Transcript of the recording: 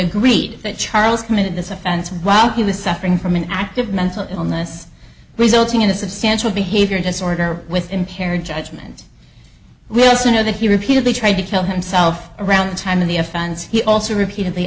agreed that charles committed this offense while he was suffering from an active mental illness resulting in a substantial behavior disorder with impaired judgment we also know that he repeatedly tried to kill himself around the time of the offense he also repeatedly